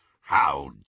How